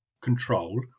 control